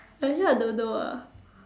actually I don't know ah